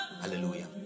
Hallelujah